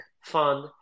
fun